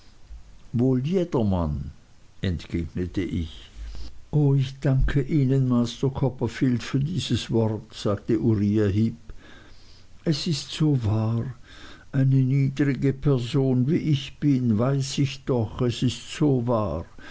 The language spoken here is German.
wohl jedermann entgegnete ich o ich danke ihnen master copperfield für dieses wort sagte uriah heep es ist so wahr eine niedrige person wie ich bin weiß ich doch es ist so wahr